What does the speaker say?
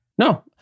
No